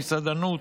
המסעדנות,